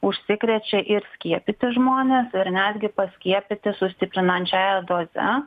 užsikrečia ir skiepyti žmonės ir netgi paskiepyti sustiprinančiąja doze